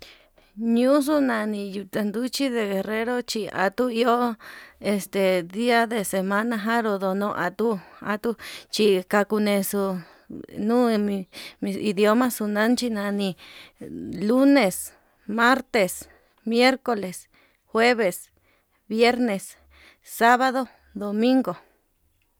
Ñuuxu nani yutanduchi de guerrero, nduchi atuu iho este dia de semana njaro atu atu chí kakunexu nuu enin mis idioma chunanchi nani, lunes, martes, miercoles, jueves, mircoles, sabado. domingo.